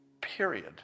period